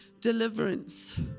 deliverance